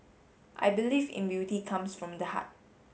I believe in beauty comes from the heart